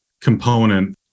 component